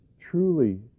truly